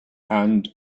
and